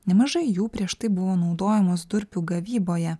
nemažai jų prieš tai buvo naudojamos durpių gavyboje